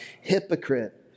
Hypocrite